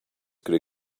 could